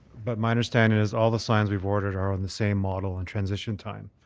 but my understanding is all the signs we've ordered are on the same model and transition time.